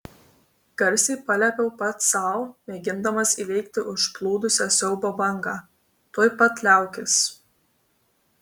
garsiai paliepiau pats sau mėgindamas įveikti užplūdusią siaubo bangą tuoj pat liaukis